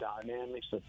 dynamics